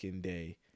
day